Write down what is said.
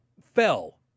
Fell